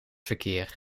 verkeer